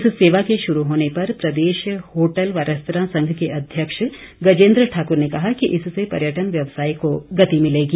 इस सेवा के शुरू होने पर प्रदेश होटल व रेस्तरां संघ के अध्यक्ष गजेंद्र ठाकुर ने कहा कि इससे पर्यटन व्यवसाय को गति मिलेगी